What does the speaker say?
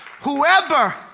Whoever